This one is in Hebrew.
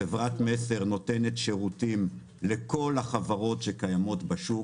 חברת מסר נותנת שירותים לכל החברות שקיימות בשוק.